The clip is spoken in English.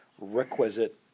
requisite